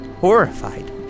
Horrified